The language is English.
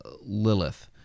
Lilith